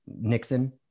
Nixon